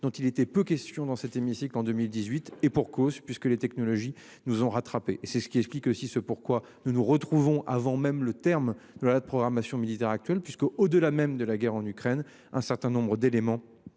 dont il était peu question dans cet hémicycle en 2018 et pour cause puisque les technologies nous ont rattrapés et c'est ce qui explique aussi ce pourquoi nous nous retrouvons avant même le terme la loi de programmation militaire actuel puisque au-delà même de la guerre en Ukraine, un certain nombre d'éléments